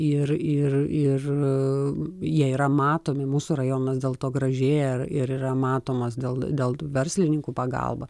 ir ir ir jie yra matomi mūsų rajonas dėl to gražėja ir yra matomas dėl dėl verslininkų pagalba